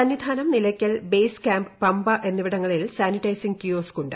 Sannidhanam Nilakkal base camp Pampa എന്നിവിടങ്ങളിൽ sanitising കിയോസ്കുണ്ട്